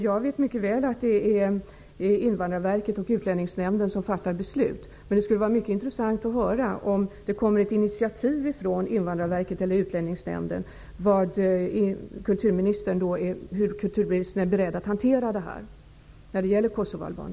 Jag vet mycket väl att det är Invandrarverket och Utlänningsnämnden som fattar beslut, men det skulle vara mycket intressant att höra hur kulturministern är beredd att hantera frågan om kosovoalbanerna om det kommer ett initiativ från